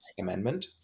Amendment